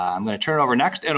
um i'm going to turn over next, and